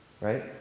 Right